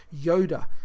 Yoda